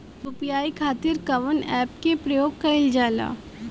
UPI खातीर कवन ऐपके प्रयोग कइलजाला?